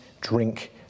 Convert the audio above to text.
drink